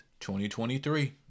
2023